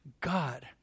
God